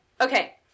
okay